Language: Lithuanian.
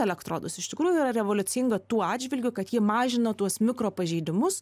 elektrodus iš tikrųjų yra revoliucinga tuo atžvilgiu kad ji mažina tuos mikropažeidimus